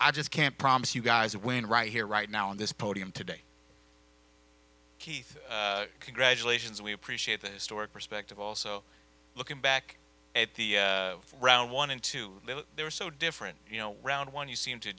i just can't promise you guys that win right here right now on this podium today keith congratulations we appreciate this story perspective also looking back at the round one and two there are so different you know round one you seem to